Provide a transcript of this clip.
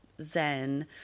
zen